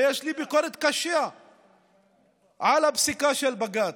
ויש לי ביקורת קשה על הפסיקה של בג"ץ,